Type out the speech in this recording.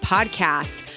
Podcast